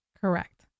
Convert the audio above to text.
Correct